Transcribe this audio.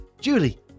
Julie